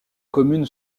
commune